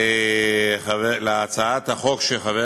על הצעת החוק של חבר